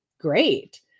great